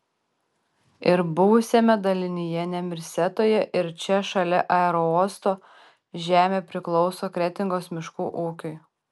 ir buvusiame dalinyje nemirsetoje ir čia šalia aerouosto žemė priklauso kretingos miškų ūkiui